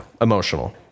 emotional